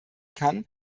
kann